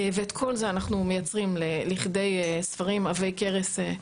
ואת כל זה אנחנו מייצרים לכדי ספרים עבי כרס.